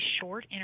short